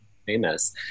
famous